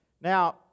Now